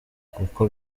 kuko